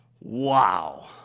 wow